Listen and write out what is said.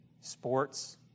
sports